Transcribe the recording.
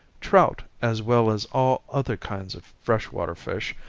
trout, as well as all other kinds of fresh water fish,